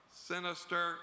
sinister